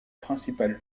principale